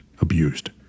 abused